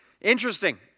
Interesting